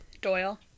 Doyle